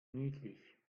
niedlich